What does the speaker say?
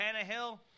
Tannehill